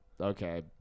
okay